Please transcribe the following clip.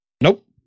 nope